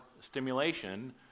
stimulation